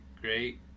great